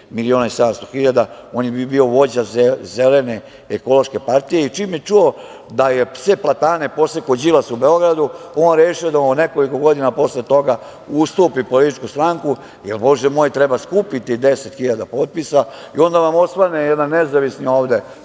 dalje za 5,7 miliona. On je bio vođa Zelene ekološke partije, i čim je čuo da je sve platane posekao Đilas u Beogradu, on rešio da nekoliko godina posle toga ustupi političku stranku, jel, Bože moj, treba skupiti 10.000 potpisa. Onda vam osvane jedan nezavisni